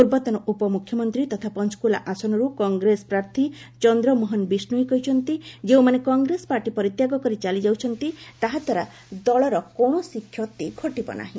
ପୂର୍ବତନ ଉପମୁଖ୍ୟମନ୍ତ୍ରୀ ତଥା ପଞ୍ଚକୁଲା ଆସନରୁ କଂଗ୍ରେସ ପ୍ରାର୍ଥୀ ଚନ୍ଦ୍ରମୋହନ ବିଷ୍ଣୋଇ କହିଛନ୍ତି ଯେଉଁମାନେ କଂଗ୍ରେସ ପାର୍ଟି ପରିତ୍ୟାଗ କରି ଚାଲିଯାଉଛନ୍ତି ତାହାଦ୍ୱାରା ଦଳର କୌଣସି କ୍ଷତି ଘଟିବ ନାହିଁ